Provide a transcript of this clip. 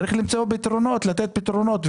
צריך למצוא פתרונות ולתת פתרונות,